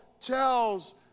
tells